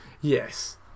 Yes